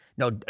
No